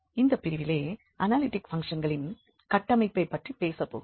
இந்த பிரிவிலே அனாலிட்டிக் பங்க்ஷன்களின் கட்டமைப்பைப் பற்றி பேச போகிறோம்